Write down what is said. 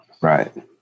Right